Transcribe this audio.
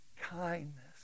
kindness